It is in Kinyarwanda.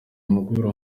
guhura